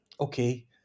Okay